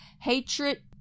hatred